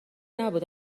نبود